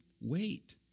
wait